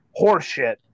horseshit